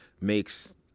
makes